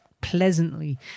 pleasantly